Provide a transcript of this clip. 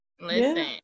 Listen